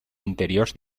interiors